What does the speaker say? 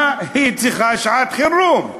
מה היא צריכה שעת-חירום?